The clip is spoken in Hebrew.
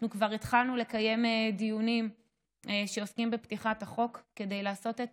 אנחנו כבר התחלנו לקיים דיונים שעוסקים בפתיחת החוק כדי לעשות את